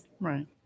Right